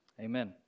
Amen